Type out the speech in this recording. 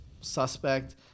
suspect